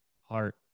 heart